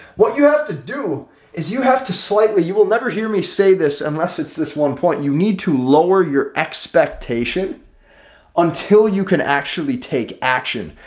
what you have to do is you have to slightly you will never hear me say this unless it's this one point, you need to lower your expectation until you can actually take action.